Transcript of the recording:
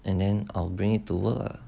and then I'll bring it to work lah